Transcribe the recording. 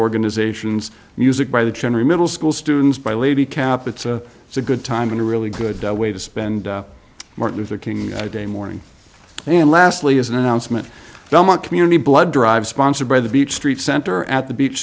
organizations music by the general middle school students by lady kept it's a it's a good time and a really good way to spend martin luther king day morning and lastly is an announcement from a community blood drives sponsored by the beach street center at the beach